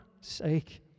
sake